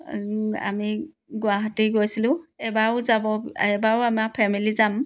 আমি গুৱাহাটী গৈছিলোঁ এইবাৰো যাব এইবাৰো আমাৰ ফেমেলি যাম